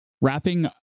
wrapping